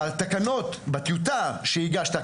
בטיוטה שהגשת,